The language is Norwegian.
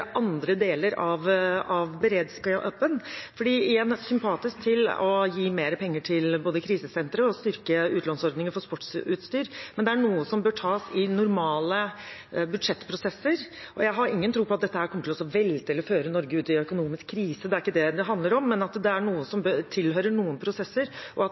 andre deler av beredskapen? Igjen: Vi er sympatisk til både å gi mer penger til krisesentre og å styrke utlånsordninger for sportsutstyr, men det er noe som bør tas i normale budsjettprosesser. Jeg har ingen tro på at dette kommer til å velte økonomien eller føre Norge ut i økonomisk krise. Det er ikke det det handler om, men at det er noe som tilhører noen prosesser, og at